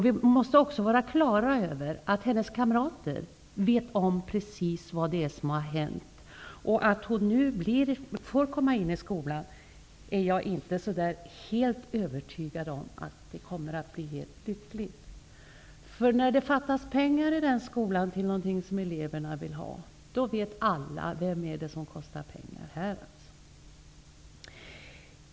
Vi måste också vara klara över att hennes kamrater vet om precis vad det är som har hänt. Att hon nu får komma in i skolan är något som jag inte är övertygad om kommer att bli helt lyckligt. För när det fattas pengar i den här skolan till någonting som eleverna vill ha, vet alla vem det är som kostar pengar.